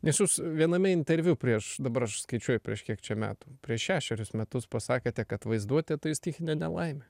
nes jus viename interviu prieš dabar aš skaičiuoju prieš kiek metų prieš šešerius metus pasakėte kad vaizduotė tai stichinė nelaimė